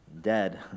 dead